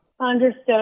Understood